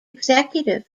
executive